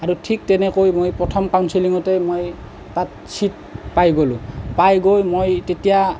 আৰু ঠিক তেনেকৈ মই প্ৰথম কাউঞ্চেলিঙতে মই তাত চিট পাই গ'লোঁ পাই গৈ মই তেতিয়া